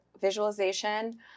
visualization